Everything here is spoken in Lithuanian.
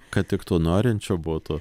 kad tik tų norinčių būtų